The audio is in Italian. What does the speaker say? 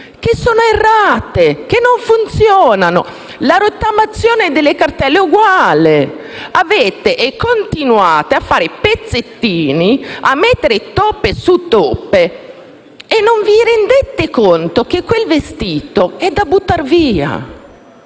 che sono errate e che non funzionano. La rottamazione delle cartelle è uguale. Continuate a fare pezzettini e a mettere toppe su toppe, ma non vi rendete conto che quel vestito è da buttar via.